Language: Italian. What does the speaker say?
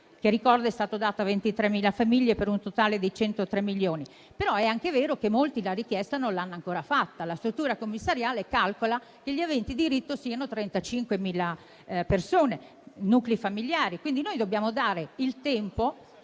che - ricordo - è stato dato a 23.000 famiglie, per un totale di 103 milioni. Però è anche vero che molti la richiesta non l'hanno ancora fatta. La struttura commissariale calcola che gli aventi diritto siano 35.000 persone (nuclei familiari). Quindi noi dobbiamo dare il tempo